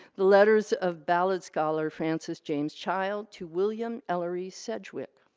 letters of ballad scholar francis james child to william ellery sedgwick.